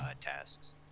tasks